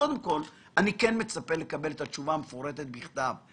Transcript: אני מצפה לראות את התשובה המפורטת בכתב,